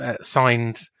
signed